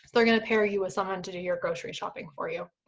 they're gonna pair you with someone to do your grocery shopping for you.